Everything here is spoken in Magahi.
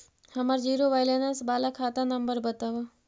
हमर जिरो वैलेनश बाला खाता नम्बर बत?